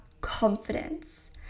confidence